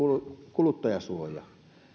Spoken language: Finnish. kuluttajasuoja